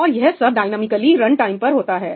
और यह सब डायनॉमिकली रन टाइम पर होता है